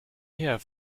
here